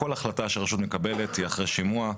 כל החלטה שהרשות מקבלת היא אחרי שימוע,